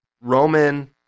Roman